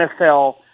NFL